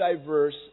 diverse